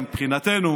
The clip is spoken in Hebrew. מבחינתנו